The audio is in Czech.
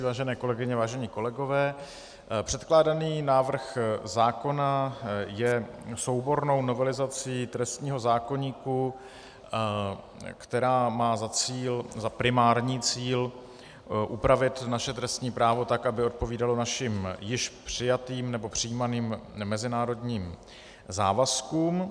Vážené kolegyně, vážení kolegové, předkládaný návrh zákona je soubornou novelizací trestního zákoníku, která má za primární cíl upravit naše trestní právo tak, aby odpovídalo našim již přijatým nebo přijímaným mezinárodním závazkům.